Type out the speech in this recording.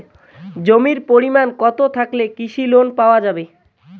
জমির পরিমাণ কতো থাকলে কৃষি লোন পাওয়া যাবে?